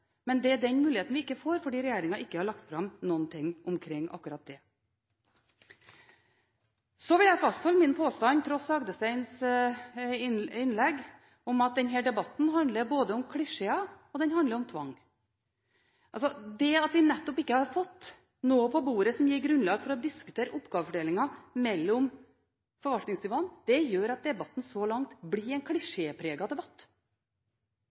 men det er den muligheten vi ikke får, fordi regjeringen ikke har lagt fram noen ting om akkurat det. Jeg vil fastholde min påstand, tross Agdesteins innlegg, om at denne debatten handler om både klisjeer og tvang. Nettopp det at vi ikke har fått noe på bordet som gir grunnlag for å diskutere oppgavefordelingen mellom forvaltningsnivåene, gjør at debatten så langt blir en klisjépreget debatt.